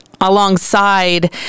alongside